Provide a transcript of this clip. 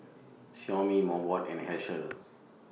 Xiaomi Mobot and Herschel